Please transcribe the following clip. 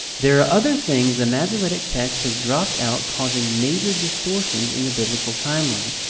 there are other things the masoretic text has dropped out causing major distortions in the biblical timeline.